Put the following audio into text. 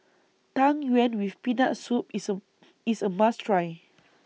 Tang Yuen with Peanut Soup IS A IS A must Try